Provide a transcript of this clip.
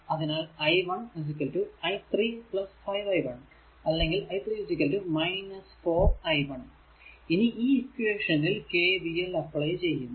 അതിനാൽ i 1 r i 3 5 i 1 അല്ലെങ്കിൽ i 3 4 i 1 ഇനി ഈ ഇക്വേഷൻ ൽ KVL അപ്ലൈ ചെയ്യുന്നു